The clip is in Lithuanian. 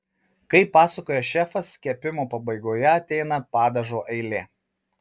kaip pasakoja šefas kepimo pabaigoje ateina padažo eilė